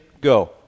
go